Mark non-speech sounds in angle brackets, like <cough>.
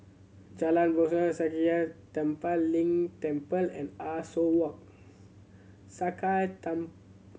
Jalan <unintelligible> Sakya Tenphel Ling Temple and Ah Soo Walk <unintelligible>